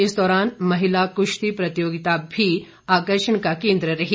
इस दौरान महिला कुश्ती प्रतियोगिता भी आर्कषण का केंद्र रही